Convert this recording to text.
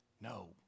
No